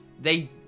They-